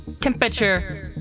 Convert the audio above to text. temperature